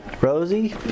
Rosie